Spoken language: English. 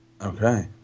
Okay